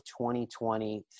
2020